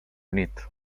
unit